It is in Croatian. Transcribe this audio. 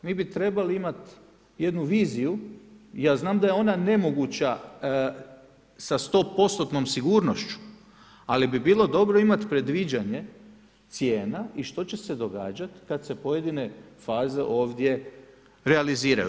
Mi bi trebali imati jednu viziju i ja znam da je ona nemoguća sa 100%-om sigurnošću, ali bi bilo dobro imati predviđanje cijena i što će se događati kada se pojedine faze ovdje realiziraju.